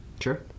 Sure